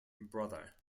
brother